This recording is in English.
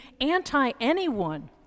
anti-anyone